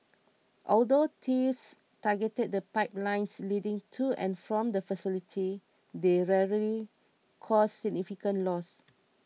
although thieves targeted the pipelines leading to and from the facility they rarely caused significant loss